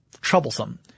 troublesome